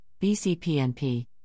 BCPNP